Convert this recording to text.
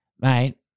mate